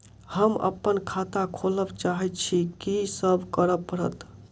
हम अप्पन खाता खोलब चाहै छी की सब करऽ पड़त?